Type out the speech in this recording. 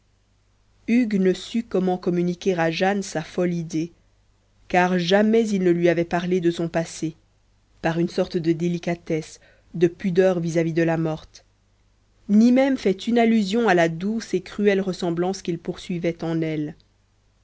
hugues ne sut comment communiquer à jane sa folle idée car jamais il ne lui avait parlé de son passé par une sorte de délicatesse de pudeur vis-à-vis de la morte ni même fait une allusion à la douce et cruelle ressemblance qu'il poursuivait en elle